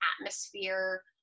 atmosphere